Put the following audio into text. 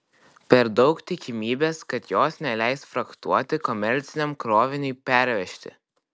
per daug tikimybės kad jos neleis frachtuoti komerciniam kroviniui pervežti